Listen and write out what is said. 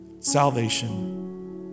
salvation